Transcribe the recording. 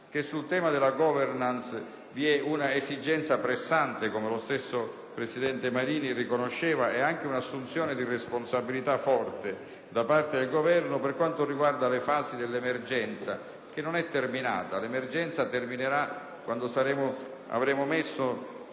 che sul tema della *governance* c'è un'esigenza pressante, come lo stesso presidente Marini riconosceva, e anche un'assunzione di responsabilità forte da parte del Governo per le fasi dell'emergenza, che non è terminata e che terminerà quando avremo messo